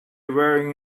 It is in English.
wearing